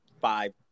five